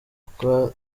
ruswa